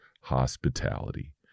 hospitality